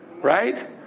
right